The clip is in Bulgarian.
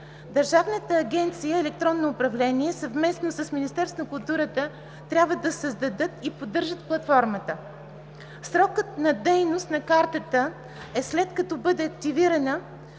Държавната агенция „Електронно управление“ съвместно с Министерството на културата трябва да създадат и поддържат платформата. Срокът на дейност на картата е след като бъде активирана